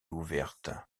ouverte